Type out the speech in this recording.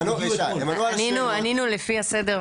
הם ענו על השאלות -- ענינו לפי הסדר.